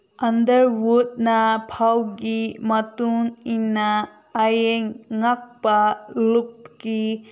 under ꯋꯨꯠꯅ ꯐꯥꯎꯒꯤ ꯃꯇꯨꯡ ꯏꯟꯅ ꯍꯌꯦꯡ ꯉꯛꯄ ꯂꯨꯞꯀꯤ